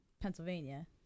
Pennsylvania